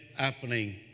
happening